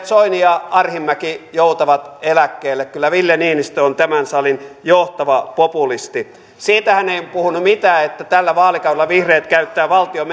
soini ja arhinmäki joutavat eläkkeelle kyllä ville niinistö on tämän salin johtava populisti siitä hän ei puhunut mitään että tällä vaalikaudella vihreät käyttää valtion